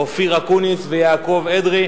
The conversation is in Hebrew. אופיר אקוניס ויעקב אדרי,